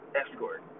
escort